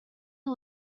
who